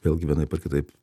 vėlgi vienaip ar kitaip